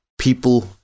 People